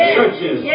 Churches